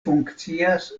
funkcias